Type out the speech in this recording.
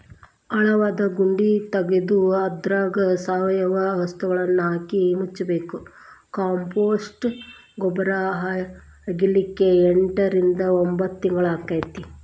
ಆಳವಾದ ಗುಂಡಿ ತಗದು ಅದ್ರಾಗ ಸಾವಯವ ವಸ್ತುಗಳನ್ನಹಾಕಿ ಮುಚ್ಚಬೇಕು, ಕಾಂಪೋಸ್ಟ್ ಗೊಬ್ಬರ ಆಗ್ಲಿಕ್ಕೆ ಎಂಟರಿಂದ ಒಂಭತ್ ತಿಂಗಳಾಕ್ಕೆತಿ